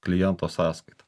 kliento sąskaitą